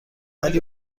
ولی